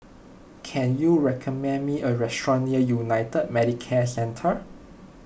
can you recommend me a restaurant near United Medicare Centre